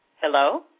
Hello